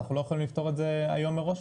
אנחנו לא יכולים לפתור את זה היום מראש?